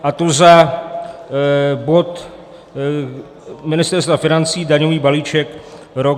A to za bod Ministerstva financí daňový balíček, rok 2021.